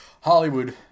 Hollywood